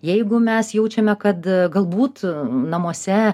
jeigu mes jaučiame kad galbūt namuose